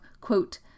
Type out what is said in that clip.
quote